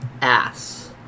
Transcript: ass